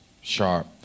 sharp